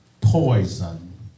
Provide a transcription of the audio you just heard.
poison